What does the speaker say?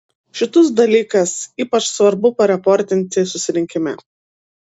šitus dalykas ypač svarbu pareportinti susirinkime